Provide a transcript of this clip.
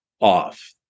off